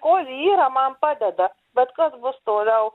kol yra man padeda bet kas bus toliau